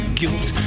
guilt